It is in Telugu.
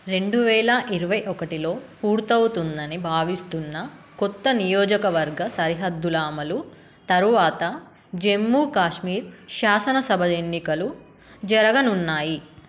రెండు వేల ఇరవై ఒకటిలో పూర్తవుతుందని భావిస్తున్న కొత్త నియోజకవర్గ సరిహద్దుల అమలు తరువాత జమ్మూ కాశ్మీర్ శాసనసభ ఎన్నికలు జరగనున్నాయి